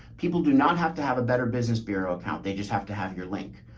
people do not have to have a better business bureau account. they just have to have your link.